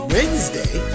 Wednesday